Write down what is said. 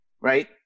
right